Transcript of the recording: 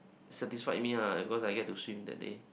satisfied me lah because I get to swim that day